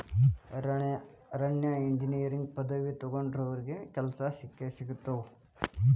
ಅರಣ್ಯ ಇಂಜಿನಿಯರಿಂಗ್ ಪದವಿ ತೊಗೊಂಡಾವ್ರಿಗೆ ಕೆಲ್ಸಾ ಸಿಕ್ಕಸಿಗತಾವ